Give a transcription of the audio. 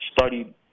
studied